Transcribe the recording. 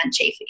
Chafee